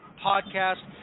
podcast